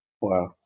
wow